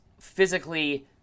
physically –